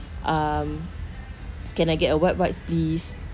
um can I get a wet wipes please